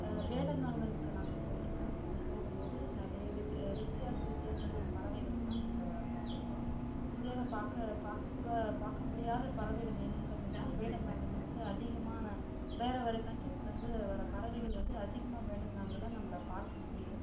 வேடந்தாங்கலுக்கு நாங்கள் போயிருக்கோம் அங்கே போகும் போது நிறைய வித் வித்தியாச வித்தியாசமான பறவைகளெலாம் நம்ம பார்த்துருக்கோம் இந்தியாவில் பார்க்க பார்க்க கூட பார்க்க முடியாத பறவைகள் இனங்கள் வந்து வேடந்தாங்களில் வந்து அதிகமான வேறு வேறு கண்ட்ரிஸ்லேந்து வர பறவைகள் வந்து அதிகமாக வேடந்தாங்களில் நம்மள பார்க்க முடியும்